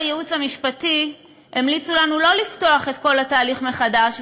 בייעוץ המשפטי המליצו לנו לא לפתוח את כל התהליך מחדש,